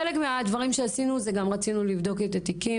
חלק מהדברים שעשינו גם רצינו לבדוק את התיקים